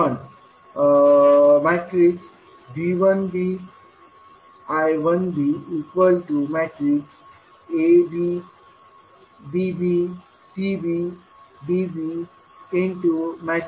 पण V1b I1bAb Bb Cb Db V2b I2bआहे